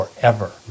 Forever